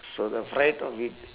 so the fright of it